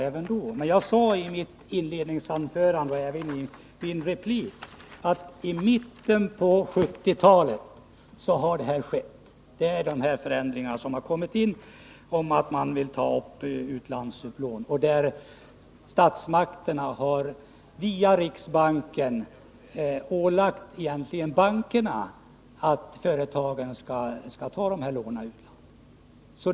Men jag sade både i mitt inledningsanförande och i min replik att det var i mitten av 1970-talet som de förändringar skedde som egentligen innebär att statsmakterna via riksbanken ålägger bankerna att stimulera företagen till den här upplåningen.